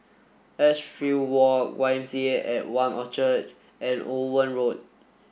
Edgefield Walk Y M C A at One Orchard and Owen Road